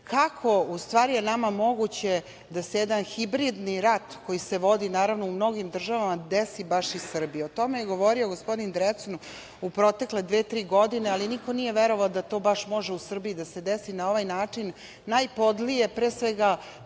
kako je nama moguće da se jedan hibridni rat koji se vodi naravno u mnogim državama desi baš i Srbiji. O tome je govorio gospodin Drecun u protekle dve, tri godine, ali niko nije verovao da to baš može u Srbiji da se desi na ovaj način najpodlije, pre svega,